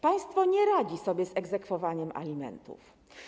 Państwo nie radzi sobie z egzekwowaniem alimentów.